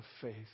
faith